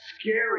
scary